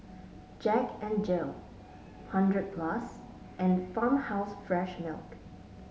Jack N Jill hundred plus and Farmhouse Fresh Milk